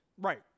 Right